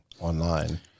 online